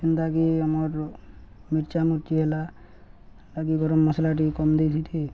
ଯେନ୍ତାକି ଆମର ମିର୍ଚା ମର୍ଚି ହେଲା ସେଟାକି ଗରମ ମସଲା ଟିକେ କମ ଦେଇଥିତି